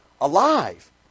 alive